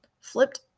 flipped